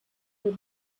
that